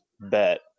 bet